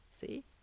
See